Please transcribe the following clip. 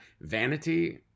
vanity